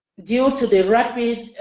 due to the rapid,